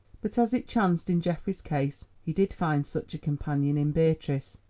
but as it chanced in geoffrey's case he did find such a companion in beatrice,